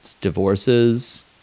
divorces